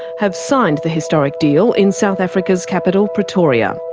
have signed the historic deal in south africa's capital, pretoria.